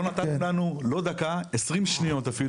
לא נתתם לנו אפילו 20 שניות להביע.